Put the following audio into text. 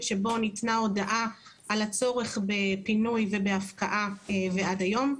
שבו ניתנה הודעה על הצורך בפינוי ובהפקעה ועד היום.